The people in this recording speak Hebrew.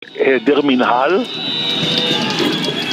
העדר מנהל